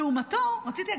רציתי,